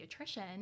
pediatrician